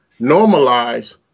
normalize